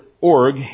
org